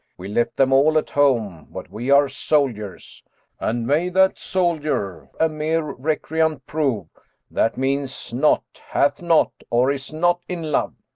we left them all at home. but we are soldiers and may that soldier a mere recreant prove that means not, hath not, or is not in love.